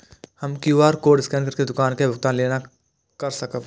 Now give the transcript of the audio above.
हम QR code scan करके दुकान में भुगतान केना कर सकब?